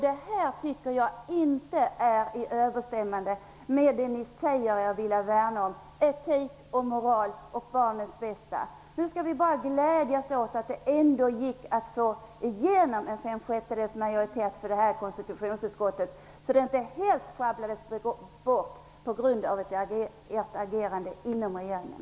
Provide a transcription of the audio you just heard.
Det tycker jag inte är i överensstämmelse med att ni säger att ni vill värna om etik, moral och barnens bästa. Nu skall vi bara glädja oss åt att det ändå gick att få fem sjättedels majoritet för frågan i konstitutionsutskottet. Det här schabblades således inte bort helt på grund av ert agerande inom regeringen.